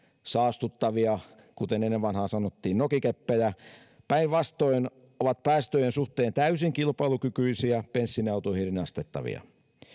saastuttavia kuten ennen vanhaan sanottiin nokikeppejä vaan päinvastoin ne ovat päästöjen suhteen täysin kilpailukykyisiä ja bensiiniautoihin rinnastettavia